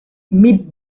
mid